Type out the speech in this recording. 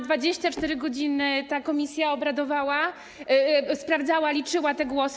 24 godziny ta komisja obradowała, sprawdzała, liczyła te głosy.